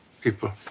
people